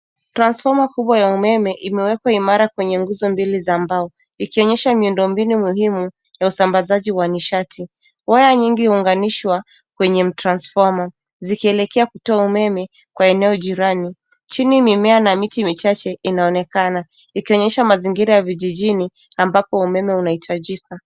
Transformer kubwa ya umeme imewekwa imara kwenye nguso mbili za mbao ikionyesha miundo mbinu muhimu ya usambazaji wa nishati waya nyingi huunganishwa kwenye transformer zikiekelea kutoa umeme kwa eneo jirani chini mimea na miti michache inaonekana ikionyesha mazingira ya vijijini ambapo umeme unahitajika.